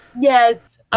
Yes